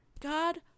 God